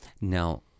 now